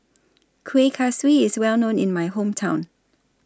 Kueh Kaswi IS Well known in My Hometown